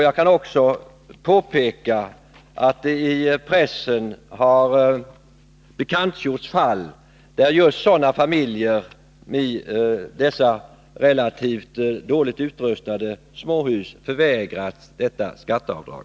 Jag kan också påpeka att det i pressen har bekantgjorts fall där just sådana familjer, i dessa relativt dåligt utrustade småhus, förvägrats detta skatteavdrag.